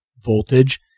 voltage